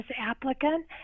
applicant